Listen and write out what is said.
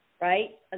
right